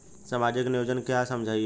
सामाजिक नियोजन क्या है समझाइए?